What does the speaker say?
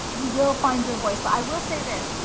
you will find your voice, but i will say this,